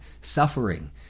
suffering